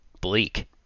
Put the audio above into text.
bleak